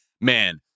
man